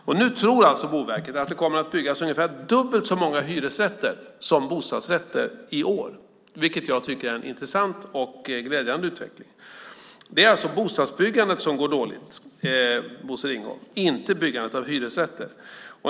Och nu tror alltså Boverket att det kommer att byggas ungefär dubbelt så många hyresrätter som bostadsrätter i år, vilket jag tycker är en intressant och glädjande utveckling. Det är alltså bostadsbyggandet som går dåligt, Bosse Ringholm, inte byggandet av hyresrätter.